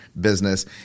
business